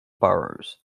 boroughs